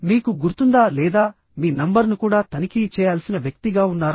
మీకు గుర్తుందా లేదా మీ నంబర్ను కూడా తనిఖీ చేయాల్సిన వ్యక్తిగా ఉన్నారా